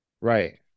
Right